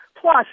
Plus